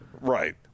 Right